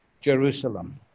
Jerusalem